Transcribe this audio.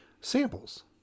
samples